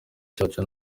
cyacu